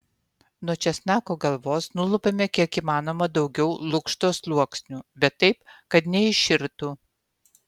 nuo česnako galvos nulupame kiek įmanoma daugiau lukšto sluoksnių bet taip kad neiširtų